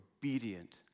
obedient